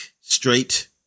straight